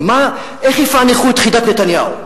ההיסטוריונים, איך יפענחו את חידת נתניהו?